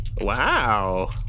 Wow